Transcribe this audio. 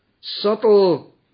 subtle